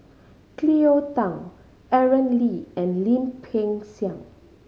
Cleo Thang Aaron Lee and Lim Peng Siang